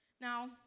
Now